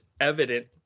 evident